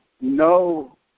no